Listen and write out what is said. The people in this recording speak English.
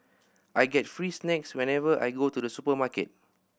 I get free snacks whenever I go to the supermarket